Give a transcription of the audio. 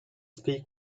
speak